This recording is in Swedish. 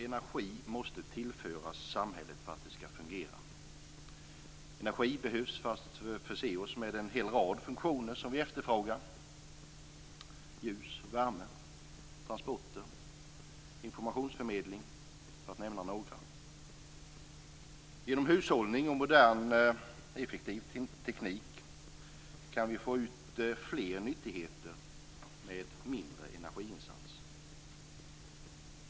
Energi måste tillföras samhället för att det skall fungera. Energi behövs för att förse oss med en hel rad funktioner som vi efterfrågar: ljus och värme, transporter och informationsförmedling, för att nämna några. Genom hushållning och modern effektiv teknik kan vi få ut fler nyttigheter med mindre energiinsats.